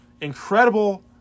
incredible